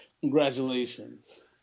Congratulations